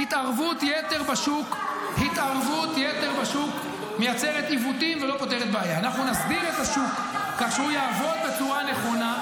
בזה שתצעקי עשר פעמים "לא עושים כלום" זה לא יהפוך לאמת.